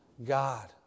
God